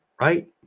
right